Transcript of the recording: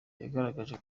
yagaragaje